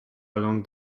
along